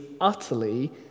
utterly